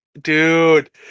dude